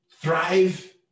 thrive